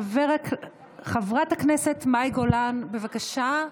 חברת הכנסת מאי גולן, בבקשה.